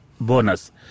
bonus